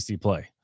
play